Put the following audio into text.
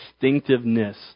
distinctiveness